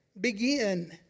begin